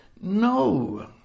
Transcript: No